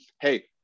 Hey